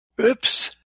oops